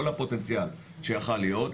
כל הפוטנציאל שיכל להיות.